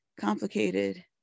complicated